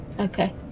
Okay